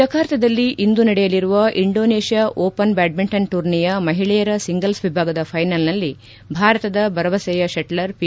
ಜಕಾರ್ತಾದಲ್ಲಿ ಇಂದು ನಡೆಯಲಿರುವ Indonesia open badminton ಟೂರ್ನಿಯ ಮಹಿಳೆಯರ ಸಿಂಗಲ್ಸ್ ವಿಭಾಗದ ಫೈನಲ್ನಲ್ಲಿ ಭಾರತದ ಭರವಸೆಯ ಶೆಟ್ಲರ್ ಪಿ